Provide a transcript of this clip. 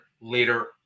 later